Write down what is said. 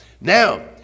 Now